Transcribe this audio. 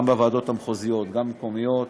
גם בוועדות המחוזית וגם במקומיות,